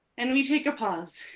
and we take a pause.